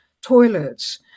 toilets